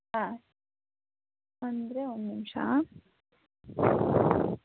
ಹಾಂ ಅಂದರೆ ಒಂದು ನಿಮ್ಷ